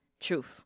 Truth